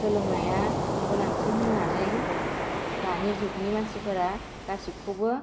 सोलोंनाया गोनांथि होन्नानै दानि जुगनि मानसिफोरा गासिबखौबो